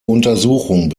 untersuchung